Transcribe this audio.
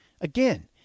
Again